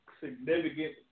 significant